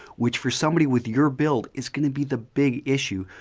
which for somebody with your build is going to be the big issue,